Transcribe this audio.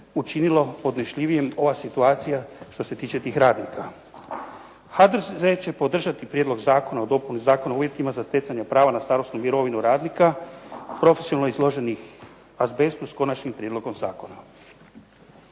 učinilo podnošljivijim ova situacija što se tiče tih radnika. HDZ će podržati prijedlog Zakona o dopuni Zakona o uvjetima za stjecanje prava na starosnu mirovinu radnika profesionalno izloženih azbestu s konačnim prijedlogom zakona.